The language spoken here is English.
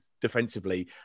defensively